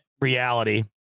reality